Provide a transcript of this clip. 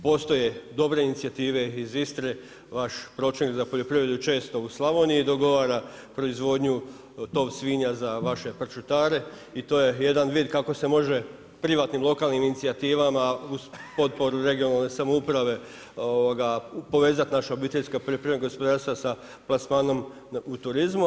Postoje dobre inicijative iz Istre, vaš pročelnik za poljoprivredu često u Slavoniji dogovara proizvodnju, tov svinja za vaše pršutare i to je jedan vid kako se može privatnim lokalnim inicijativama uz potporu regionalne samouprave povezati naša obiteljska poljoprivredna gospodarstva sa plasmanom u turizmu.